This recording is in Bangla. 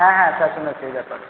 হ্যাঁ হ্যাঁ স্যার শুনেছি এই ব্যাপারে